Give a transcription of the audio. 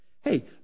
Hey